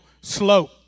slope